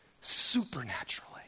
supernaturally